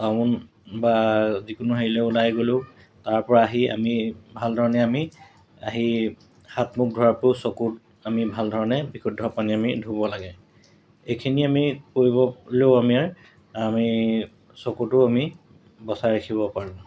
town বা যিকোনো হেৰিলৈ ওলাই গ'লেও তাৰপৰা আহি আমি ভালধৰণে আমি আহি হাত মুখ ধোৱাৰ উপৰিও চকুত আমি ভালধৰণে বিশুদ্ধ পানী আমি ধুব লাগে এইখিনি আমি কৰিবলৈও আমাৰ আমি চকুতো আমি বচাই ৰাখিব পাৰোঁ